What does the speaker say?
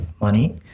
money